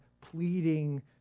pleading